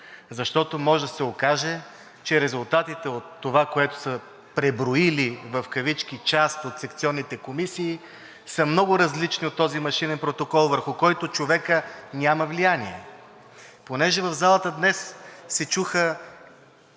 защото може да се окаже, че резултатите от това, което са преброили част от секционните комисии, са много различни от този машинен протокол, върху който човекът няма влияние. Понеже в залата днес се чуха